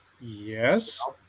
Yes